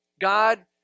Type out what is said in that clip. God